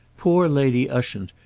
poor lady ushant,